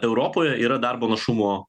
europoje yra darbo našumo